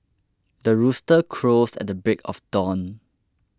the rooster crows at the break of dawn